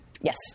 Yes